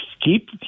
keep